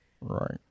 Right